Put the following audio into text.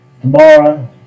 Tomorrow